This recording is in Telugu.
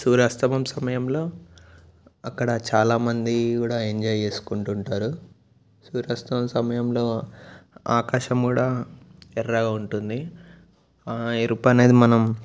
సూర్యాస్తమయం సమయంలో అక్కడ చాల మంది కూడా ఎంజాయ్ చేసుకుంటుంటారు సూర్యాస్తయం సమయంలో ఆకాశం కూడా ఎర్రగా ఉంటుంది ఎరుపు అనేది మనం